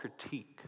critique